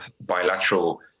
bilateral